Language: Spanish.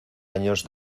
años